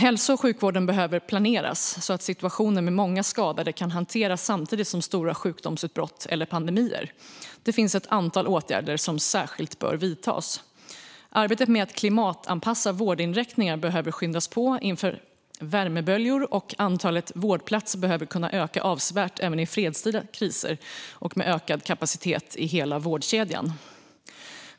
Hälso och sjukvården behöver planeras så att situationer med många skadade kan hanteras samtidigt med stora sjukdomsutbrott eller pandemier. Det finns ett antal åtgärder som särskilt bör vidtas. Arbetet med att klimatanpassa vårdinrättningar behöver skyndas på inför värmeböljor. Antalet vårdplatser behöver också kunna öka avsevärt även i fredstida kriser, med ökad kapacitet i hela vårdkedjan.